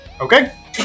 Okay